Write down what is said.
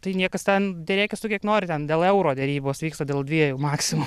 tai niekas ten derėkis tu kiek nori ten dėl euro derybos vyksta dėl dviejų maksimum